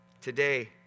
today